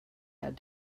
had